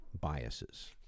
biases—